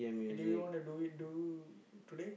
eh do you wanna do it do today